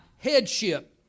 headship